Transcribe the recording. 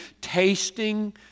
tasting